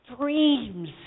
dreams